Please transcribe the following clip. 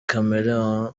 chameleone